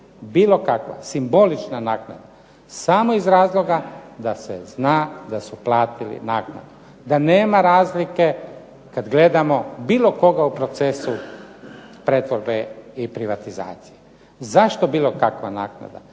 bilo kakva, simbolična naknada, samo iz razloga da se zna da su platili naknadu, da nema razlike kad gledamo bilo koga u procesu pretvorbe i privatizacije. Zašto bilo kakva naknada?